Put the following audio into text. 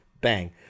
bang